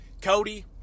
Cody